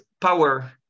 power